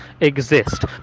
exist